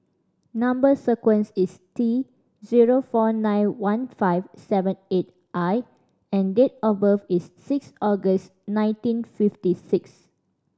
number sequence is T zero four nine one five seven eight I and date of birth is six August nineteen fifty six